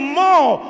more